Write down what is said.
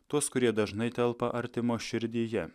tuos kurie dažnai telpa artimo širdyje